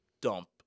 dump